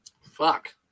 Fuck